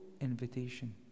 invitation